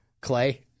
Clay